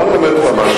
לארץ-ישראל כולה.